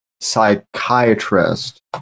psychiatrist